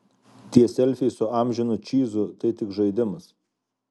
tie selfiai su amžinu čyzu tai tik žaidimas